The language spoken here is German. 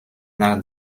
nach